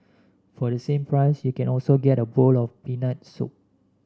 for the same price you can also get a bowl of peanuts soup